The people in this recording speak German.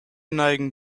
neigen